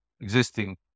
existing